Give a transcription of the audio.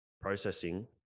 processing